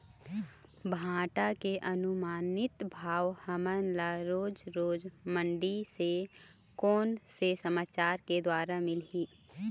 भांटा के अनुमानित भाव हमन ला रोज रोज मंडी से कोन से समाचार के द्वारा मिलही?